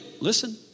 Listen